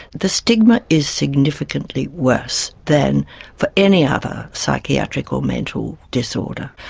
the stigma is significantly worse than for any other psychiatric or mental disorder.